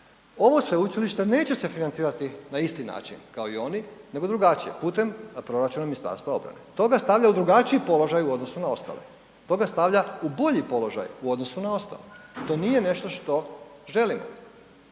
Ovo Sveučilište neće se financirati na isti način kao i oni, nego drugačije, putem na proračun MORH-a. To ga stavlja u drugačiji položaj u odnosu na ostale. To ga stavlja u bolji položaj u odnosu na ostale. To nije nešto što želimo